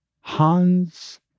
Hans